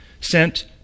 sent